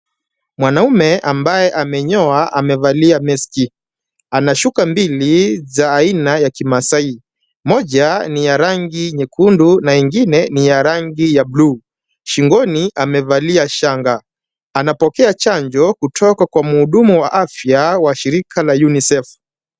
Mwanaume ambaye amenyoa amevalia mask . Ana shuka mbili za aina ya kimaasai. Moja ni ya rangi nyekundu na ingine ni ya rangi ya bluu. Shingoni amevalia shanga. Anapokea chanjo kutoka kwa mhudumu wa afya wa shirika la UNICEF.